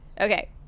Okay